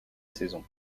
saison